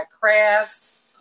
crafts